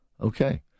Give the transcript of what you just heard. Okay